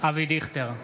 אבי דיכטר,